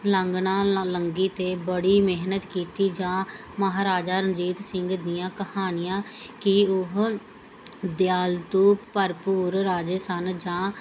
ਲੰਘਣਾ ਲੰਘੀ ਅਤੇ ਬੜੀ ਮਿਹਨਤ ਕੀਤੀ ਜਾਂ ਮਹਾਰਾਜਾ ਰਣਜੀਤ ਸਿੰਘ ਦੀਆਂ ਕਹਾਣੀਆਂ ਕਿ ਉਹ ਦਿਆਲੂ ਭਰਪੂਰ ਰਾਜੇ ਸਨ ਜਾਂ